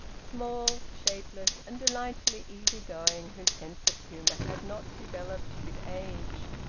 small, shapeless, and delightfully easy-going, whose sense of humour had not developed with age.